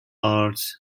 arts